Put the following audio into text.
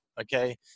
Okay